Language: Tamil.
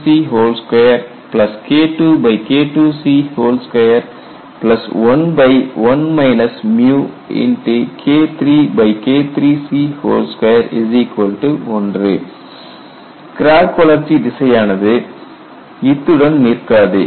KIKIC2KIIKIIC21KIIIKIIIC2 1 கிராக் வளர்ச்சி திசை ஆனது இத்துடன் நிற்காது